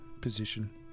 position